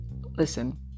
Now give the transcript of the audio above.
listen